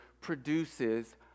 produces